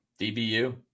DBU